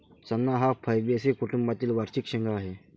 चणा हा फैबेसी कुटुंबातील वार्षिक शेंगा आहे